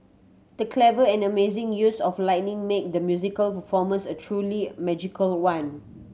the clever and amazing use of lighting made the musical performance a truly magical one